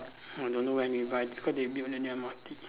I don't know why nearby cause they build the new M_R_T